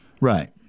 right